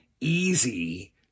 easy